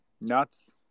nuts